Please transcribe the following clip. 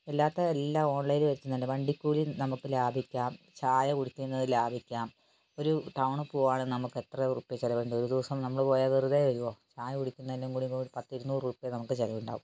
അല്ലാത്ത എല്ലാം ഓൺലൈനിൽ വരുത്തുന്നുണ്ട് വണ്ടിക്കൂലി നമുക്ക് ലാഭിക്കാം ചായ കുടിക്കുന്നത് ലാഭിക്കാം ഒരു ടൗണിൽ പോകുകയാണെങ്കിൽ നമുക്ക് എത്ര ഉറുപ്പിക ചിലവിണ്ട് ഒരു ദിവസം നമ്മള് പോയാൽ വെറുതെ വരുമോ ചായ കുടിക്കുന്നതിനും കൂടി കൂട്ടി പത്ത് ഇരുന്നൂറ് ഉറുപ്പിക നമുക്ക് ചിലവ് ഉണ്ടാകും